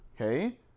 Okay